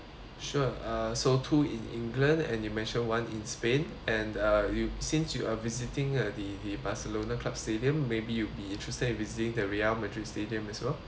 sure uh so two in england and you mention one in spain and uh you since you are visiting uh the the Barcelona club's stadium maybe you'd be interested in visiting the real madrid stadium as well